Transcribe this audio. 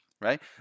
right